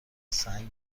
سنگ